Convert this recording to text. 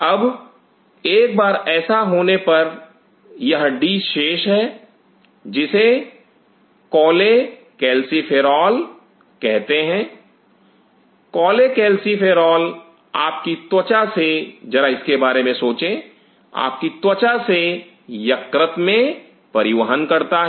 अब एक बार ऐसा होने पर यह डी शेष है जिसे कॉलेकैल्सिफेरॉल कहते हैं कॉलेकैल्सिफेरॉल आपकी त्वचा से जरा इसके बारे में सोचें आपकी त्वचा से यकृत में परिवहन करता है